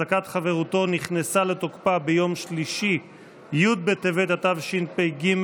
שנכנסה לתוקפה ביום שלישי י' בטבת, התשפ"ג,